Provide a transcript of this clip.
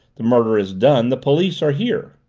the murder is done, the police are here.